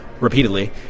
repeatedly